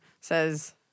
says